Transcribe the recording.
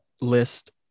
list